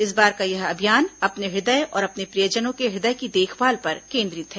इस बार का यह अभियान अपने हृदय और अपने प्रियजनों के हृदय की देखभाल पर केन्द्रित है